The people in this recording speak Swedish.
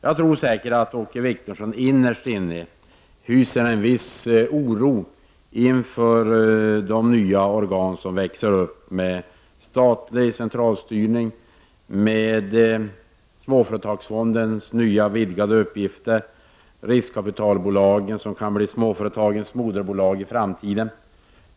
Jag tror att han innerst inne hyser en viss oro inför de nya organ som växer upp med statlig centraldirigering, med småföretagsfondens nya och vidgade uppgifter, med riskkapitalbolagen som kan bli småföretagens moderbolag i framtiden.